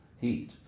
heat